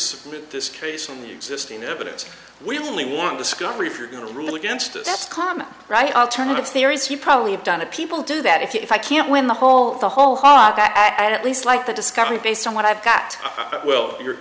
submit this case in the existing evidence we only want discovery if you're going to rule against it that's common right alternative theories you probably have done it people do that if i can't win the whole the whole hog at least like the discovery based on what i've got i well you're